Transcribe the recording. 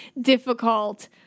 difficult